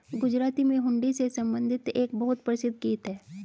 गुजराती में हुंडी से संबंधित एक बहुत प्रसिद्ध गीत हैं